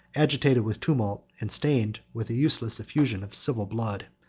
agitated with tumult, and stained with a useless effusion of civil blood,